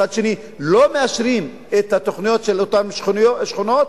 מצד שני לא מאשרים את התוכניות של אותן שכונות,